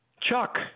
Chuck